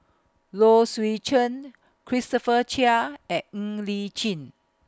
Low Swee Chen Christopher Chia and Ng Li Chin